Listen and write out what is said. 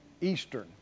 Eastern